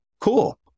Cool